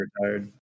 retired